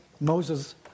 Moses